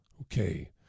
Okay